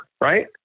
Right